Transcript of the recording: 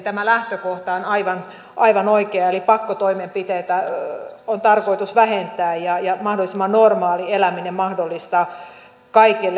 tämä lähtökohta on aivan oikea eli pakkotoimenpiteitä on tarkoitus vähentää ja mahdollisimman normaali eläminen mahdollistaa kaikille